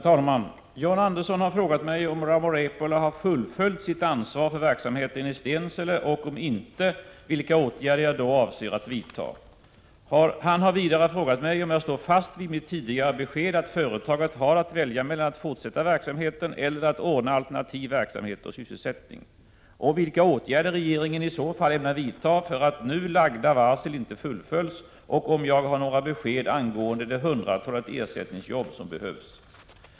Herr talman! John Andersson har frågat mig om Rauma-Repola har fullföljt sitt ansvar för verksamheten i Stensele, och om inte, vilka åtgärder jag då avser att vidta. Han har vidare frågat mig om jag står fast vid mitt tidigare besked att företaget har att välja mellan att fortsätta verksamheten och att ordna alternativ verksamhet och sysselsättning, om vilka åtgärder regeringen i så fall ämnar vidta för att nu lagda varsel inte fullföljs och om jag har några besked angående det hundratalet ersättningsjobb som behövs.